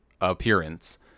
appearance